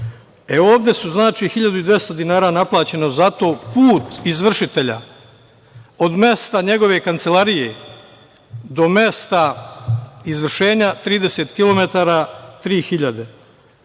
ovde je 1.200 dinara naplaćeno za to. Put izvršitelja od mesta njegove kancelarije do mesta izvršenja, 30